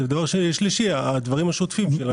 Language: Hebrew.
דבר שלישי הדברים השוטפים.